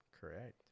Correct